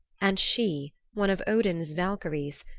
and she, one of odin's valkyries,